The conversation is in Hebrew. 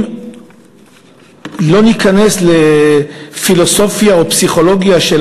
ולא ניכנס לפילוסופיה או לפסיכולוגיה של